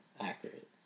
accurate